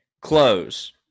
Close